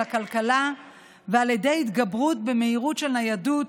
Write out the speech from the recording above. הכלכלה ועל ידי התגברות במהירות של ניידות,